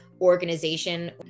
organization